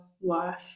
life